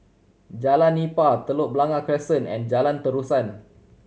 Jalan Nipah Telok Blangah Crescent and Jalan Terusan